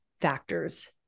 factors